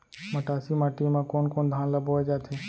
मटासी माटी मा कोन कोन धान ला बोये जाथे?